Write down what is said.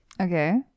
Okay